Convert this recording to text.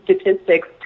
statistics